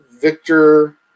Victor